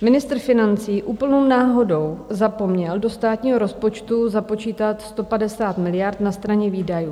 Ministr financí úplnou náhodou zapomněl do státního rozpočtu započítat 150 miliard na straně výdajů.